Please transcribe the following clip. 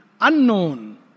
unknown